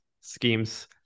schemes